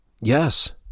Yes